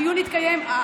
הדיון התקיים.